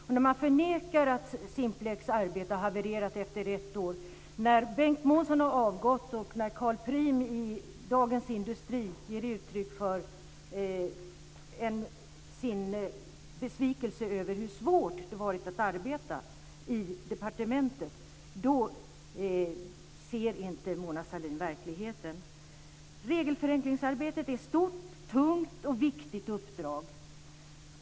Och när Mona Sahlin förnekar att Simplex arbete har havererat, efter ett år när Bengt Industri ger uttryck för sin besvikelse över hur svårt det har varit att arbeta i departementet, då ser inte Regelförenklingsarbetet är ett stort, tungt och viktigt uppdrag.